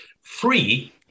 free